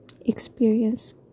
experience